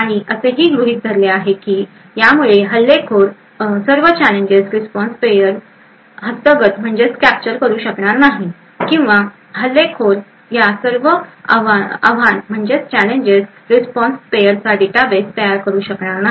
आणि असेही गृहित धरले गेले आहे की यामुळे हल्लेखोर सर्व चॅलेंजेस रिस्पॉन्स पेयर हस्तगत करू शकणार नाही किंवा हल्लेखोर या सर्व चॅलेंजेस रिस्पॉन्स पेयर चा डेटाबेस तयार करू शकणार नाही